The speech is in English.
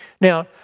Now